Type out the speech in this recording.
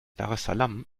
daressalam